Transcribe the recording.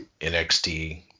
NXT